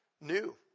new